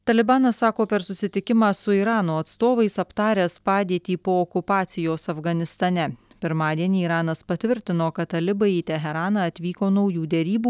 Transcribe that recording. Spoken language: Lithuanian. talibanas sako per susitikimą su irano atstovais aptaręs padėtį po okupacijos afganistane pirmadienį iranas patvirtino kad talibai į teheraną atvyko naujų derybų